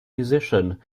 musician